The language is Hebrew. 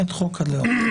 למעט חוק הלאום.